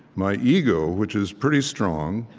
my ego, which is pretty strong,